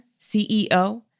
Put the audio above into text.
CEO